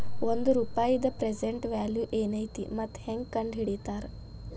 ಒಂದ ರೂಪಾಯಿದ್ present value ಏನೈತಿ ಮತ್ತ ಹೆಂಗ ಕಂಡಹಿಡಿತಾರಾ